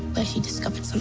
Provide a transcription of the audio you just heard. ah she discovered so